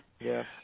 Yes